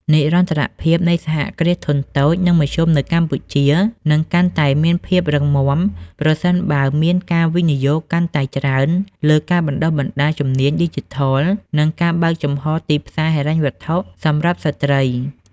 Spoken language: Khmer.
និរន្តរភាពនៃសហគ្រាសធុនតូច និងមធ្យមនៅកម្ពុជា នឹងកាន់តែមានភាពរឹងមាំ ប្រសិនបើមានការវិនិយោគកាន់តែច្រើនលើការបណ្ដុះបណ្ដាលជំនាញឌីជីថល និងការបើកចំហរទីផ្សារហិរញ្ញវត្ថុសម្រាប់ស្ត្រី។